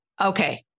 Okay